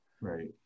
Right